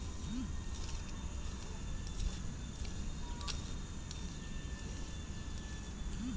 ಸರ್ಕಾರದವರು ಜನರಿಗೆ ಬಿಟ್ಟಿಯಾಗಿ ಜನ್ ಧನ್ ಅಂತ ಬ್ಯಾಂಕ್ ಅಕೌಂಟ್ ಮಾಡ್ಕೊಡ್ತ್ತವ್ರೆ